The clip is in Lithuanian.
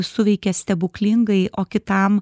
suveikė stebuklingai o kitam